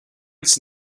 its